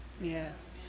yes